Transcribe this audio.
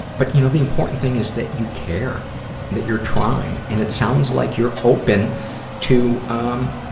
but, you know, the important thing is that you care and that you're trying. and it sounds like you're open to, um,